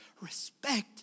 respect